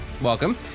Welcome